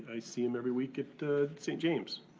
i see him every week at st. james,